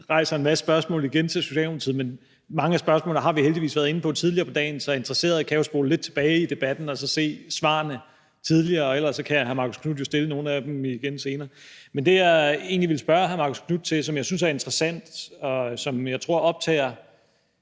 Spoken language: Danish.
stiller en masse spørgsmål til Socialdemokratiet. Men mange af spørgsmålene har vi heldigvis været inde på tidligere på dagen, så interesserede kan jo spole lidt tilbage i debatten og se svarene fra tidligere; ellers kan hr. Marcus Knuth jo stille nogle af spørgsmålene igen senere. Men det, jeg egentlig ville spørge hr. Marcus Knuth til, som jeg synes er interessant, og som jeg tror optager